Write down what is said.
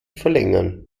verlängern